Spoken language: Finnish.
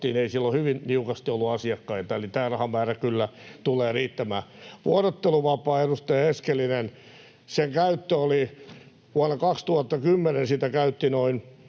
Siellä on hyvin niukasti ollut asiakkaita, eli tämä rahamäärä kyllä tulee riittämään. Vuorotteluvapaa, edustaja Eskelinen. Sen käyttö: vuonna 2010 sitä käytti noin